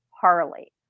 Harley